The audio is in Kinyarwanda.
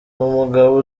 umugabo